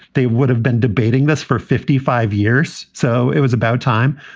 they would have been debating this for fifty five years. so it was about time.